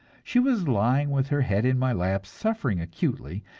she was lying with her head in my lap, suffering acutely,